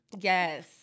Yes